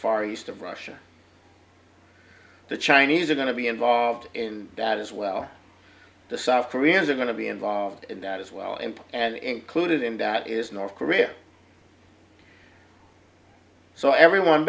far east of russia the chinese are going to be involved in that as well the south koreans are going to be involved in that as well input and included in that is north korea so everyone